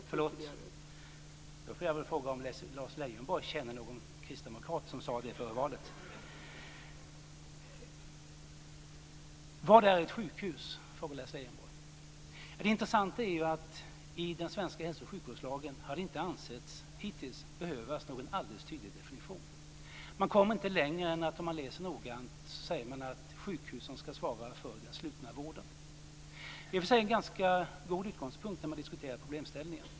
Fru talman! Förlåt! Då får jag fråga om Lars Leijonborg känner någon kristdemokrat som sade det före valet. Vad är ett sjukhus? frågar Lars Leijonborg. Det intressanta är att det hittills inte har ansetts behövas någon alldeles tydlig definition i den svenska hälsooch sjukvårdslagen. Även om man läser noggrant kommer man inte längre än att man ser att det sägs att sjukhusen ska svara för den slutna vården. Det är i och för sig en ganska god utgångspunkt när man diskuterar problemställningen.